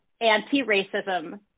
anti-racism